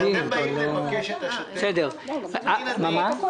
כשאתם באים לבקש את השוטף אני מציע